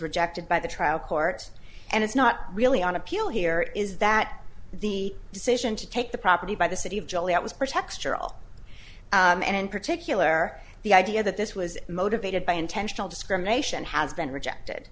rejected by the trial court and it's not really on appeal here is that the decision to take the property by the city of joliet was pretextual and in particular the idea that this was motivated by intentional discrimination has been rejected